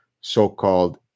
so-called